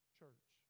church